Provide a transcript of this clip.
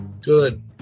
Good